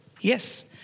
Yes